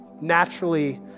naturally